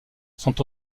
sont